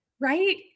right